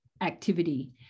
activity